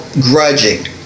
grudging